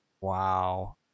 Wow